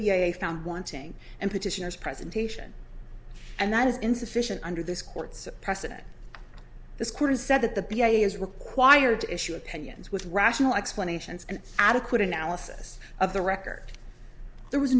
a a found wanting and petitioners presentation and that is insufficient under this court's precedent this court has said that the p a is required to issue opinions with rational explanations and adequate analysis of the record there was